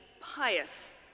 pious